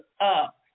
up